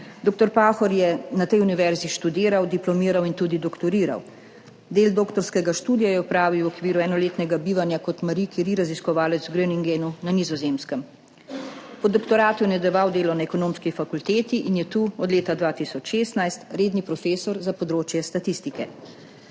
Dr. Pahor je na tej univerzi študiral, diplomiral in tudi doktoriral. Del doktorskega študija je opravil v okviru enoletnega bivanja kot Marie Curie raziskovalec v Groningenu na Nizozemskem. Po doktoratu je nadaljeval delo na Ekonomski fakulteti in je tu od leta 2016 redni profesor za področje statistike.